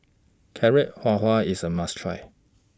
Carrot Halwa IS A must Try